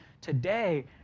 today